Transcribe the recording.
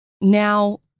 Now